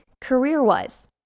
career-wise